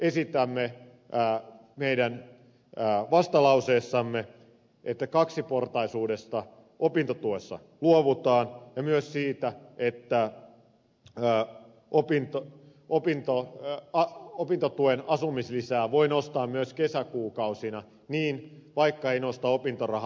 esitämme meidän vastalauseessamme sitä että kaksiportaisuudesta opintotuessa luovutaan ja myös siitä että raha opin että sitä että opintotuen asumislisää voi nostaa myös kesäkuukausina vaikka ei nosta opintorahaa